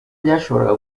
byashoboraga